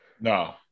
no